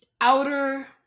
outer